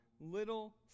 little